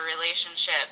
relationship